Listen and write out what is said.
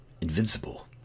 invincible